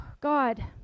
God